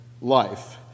life